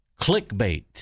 Clickbait